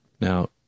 Now